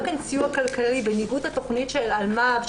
גם כן סיוע כלכלי בניגוד לתוכנית של אלמ"ב,